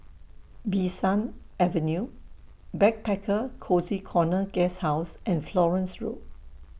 Bee San Avenue Backpacker Cozy Corner Guesthouse and Florence Road